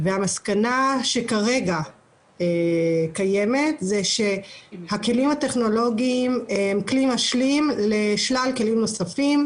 והמסקנה כרגע היא שהכלים הטכנולוגיים הם כלי משלים לשלל כלים נוספים,